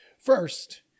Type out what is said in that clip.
First